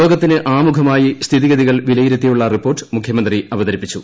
യോഗത്തിന് ആമുഖമായി സ്ഥിതിഗതികൾ വിലയിരുത്തിയുള്ള റിപ്പോർട്ട് മുഖ്യമന്ത്രി അവതരിപ്പിച്ചു